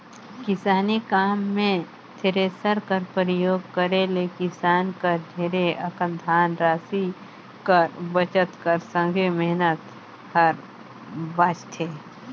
किसानी काम मे थेरेसर कर परियोग करे ले किसान कर ढेरे अकन धन रासि कर बचत कर संघे मेहनत हर बाचथे